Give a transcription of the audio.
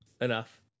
Enough